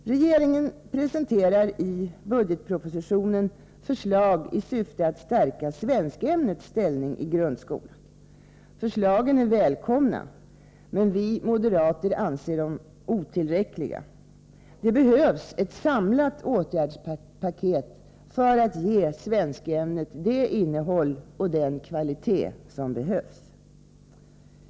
Regeringen presenterar i budgetpropositionen förslag i syfte att stärka svenskämnets ställning i grundskolan. Förslagen är välkomna, men vi moderater anser dem otillräckliga. Det behövs ett samlat åtgärdspaket för att ge svenskämnet det innehåll och den kvalitet som behövs.